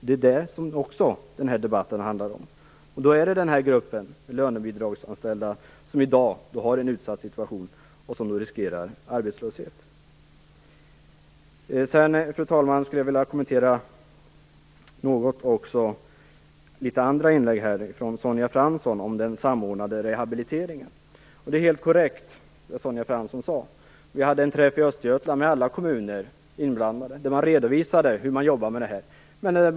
Det är också detta som den här debatten handlar om. Det gäller då gruppen lönebidragsanställda, som i dag har en utsatt situation och riskerar arbetslöshet. Fru talman! Jag skulle också något vilja kommentera Sonja Franssons inlägg om den samordnade rehabiliteringen. Det Sonja Fransson sade var helt korrekt. Vi hade en träff i Östergötland med alla kommuner inblandade, där man redovisade hur man jobbade med dessa frågor.